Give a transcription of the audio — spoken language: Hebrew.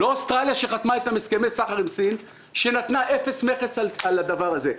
לא אוסטרליה שחתמה על הסכמי סחר עם סין שנתנה אפס מכס על הדבר הזה.